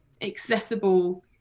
accessible